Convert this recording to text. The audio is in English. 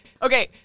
Okay